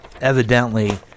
evidently